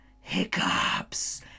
hiccups